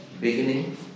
beginning